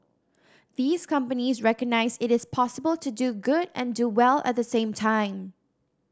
these companies recognise it is possible to do good and do well at the same time